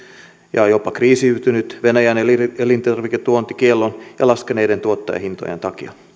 ja jopa kriisiytynyt venäjän elintarviketuontikiellon ja laskeneiden tuottajahintojen takia